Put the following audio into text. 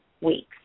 weeks